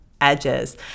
edges